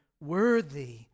worthy